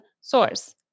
source